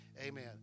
amen